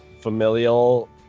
familial